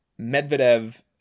medvedev